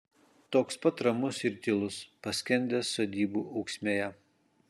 toks pat ramus ir tylus paskendęs sodybų ūksmėje